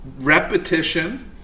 repetition